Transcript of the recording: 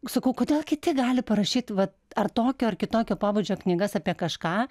sakau kodėl kiti gali parašyt vat ar tokio ar kitokio pobūdžio knygas apie kažką